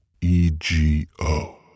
E-G-O